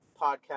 podcast